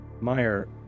Meyer